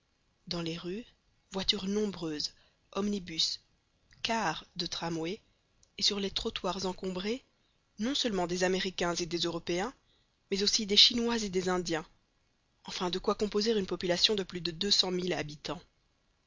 dans les rues voitures nombreuses omnibus cars de tramways et sur les trottoirs encombrés non seulement des américains et des européens mais aussi des chinois et des indiens enfin de quoi composer une population de plus de deux cent mille habitants